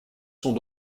sont